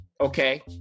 Okay